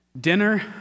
Dinner